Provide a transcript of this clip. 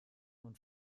und